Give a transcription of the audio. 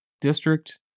District